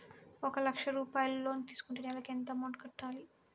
ఒక లక్ష రూపాయిలు లోన్ తీసుకుంటే నెలకి ఎంత అమౌంట్ కట్టాలి?